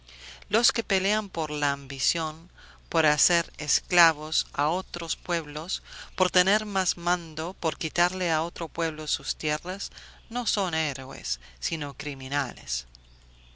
los que pelean por la ambición por hacer esclavos a otros pueblos por tener más mando por quitarle a otro pueblo sus tierras no son héroes sino criminales